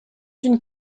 une